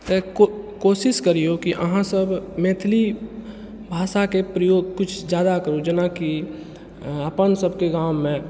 कोशिश करिऔ कि अहाँसब मैथिली भाषाके प्रयोग किछु ज्यादा करू जेनाकि अपन सबके गाममे